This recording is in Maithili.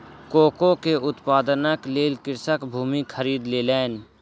कोको के उत्पादनक लेल कृषक भूमि खरीद लेलैन